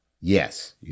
yes